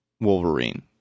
wolverine